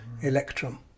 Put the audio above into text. electrum